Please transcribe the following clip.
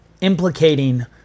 implicating